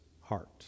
heart